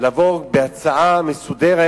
לבוא בהצעה מסודרת